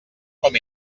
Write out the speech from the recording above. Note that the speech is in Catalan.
com